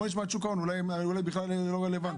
בואי נשמע את שוק ההון, אולי בכלל זה לא רלוונטי.